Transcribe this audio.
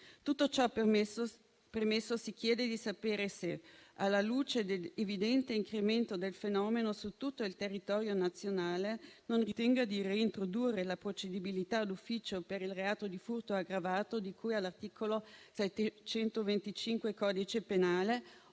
Tutto ciò premesso, si chiede di sapere se alla luce dell'evidente incremento del fenomeno su tutto il territorio nazionale, non si ritenga di reintrodurre la procedibilità l'ufficio per il reato di furto aggravato, di cui all'articolo 625 del codice penale,